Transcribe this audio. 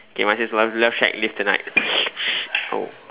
K mine says one love shack live tonight oh